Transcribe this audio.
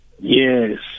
Yes